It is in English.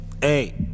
hey